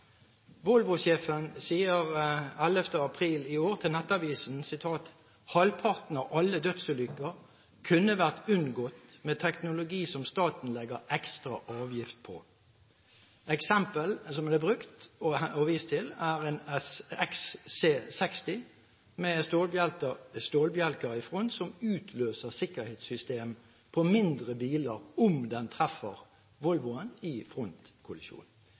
sier 11. april i år til Nettavisen: «Halvparten av alle dødsulykker kunne vært unngått med teknologi som staten legger ekstra avgift på.» Eksempelet som ble brukt og vist til, er en Volvo XC60 med stålbjelker i front som utløser sikkerhetssystemer på mindre biler som den treffer i